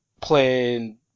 playing